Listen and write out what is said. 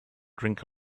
drink